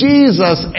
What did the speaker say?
Jesus